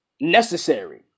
necessary